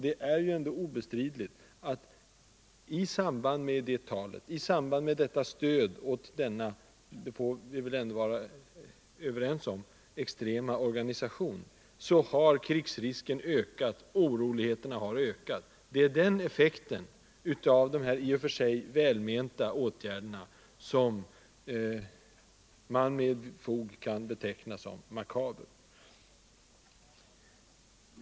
Det är obestridligt att oroligheterna och krigsrisken har ökat i samband med detta tal och det stöd som FN-debatten utgör för denna — det är vi väl överens om — extrema organisation. Det är den effekten av dessa, i och för sig välmenta, åtgärder som man med fog kan beteckna som makaber.